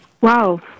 Wow